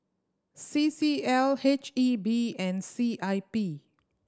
C C L H E B and C I P